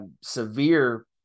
severe